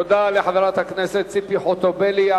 תודה לחברת הכנסת ציפי חוטובלי.